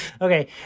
Okay